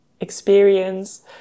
experience